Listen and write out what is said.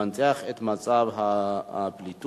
מורשת